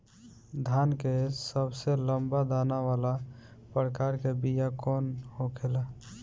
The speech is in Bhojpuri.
धान के सबसे लंबा दाना वाला प्रकार के बीया कौन होखेला?